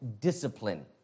discipline